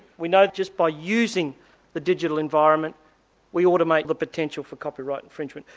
we know just by using the digital environment we automate the potential for copyright infringement.